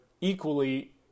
Equally